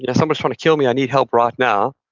you know somebody's trying to kill me. i need help right now.